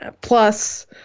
plus